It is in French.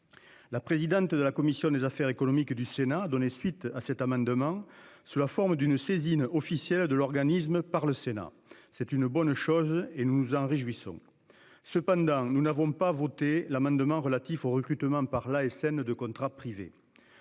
La présidente de la commission des affaires économiques du Sénat a donné suite à cet amendement sous la forme d'une saisine officielle de l'organisme par le Sénat, c'est une bonne chose et nous nous en réjouissons. Cependant, nous n'avons pas voté l'amendement relatifs au recrutement par l'ASN de contrat privé.